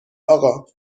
آقا